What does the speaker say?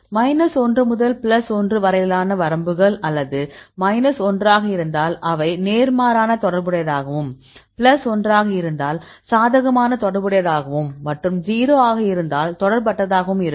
minus 1 முதல் plus 1 வரையிலான வரம்புகள் அது மைனஸ் 1 ஆக இருந்தால் அவை நேர்மாறான தொடர்புடையதாகவும் பிளஸ் 1 ஆக இருந்தால் சாதகமான தொடர்புடையதாகவும் மற்றும் அது 0 ஆக இருந்தால் தொடர்பற்றதாகவும் இருக்கும்